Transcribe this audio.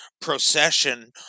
procession